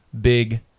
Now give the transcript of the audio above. big